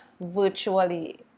virtually